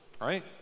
right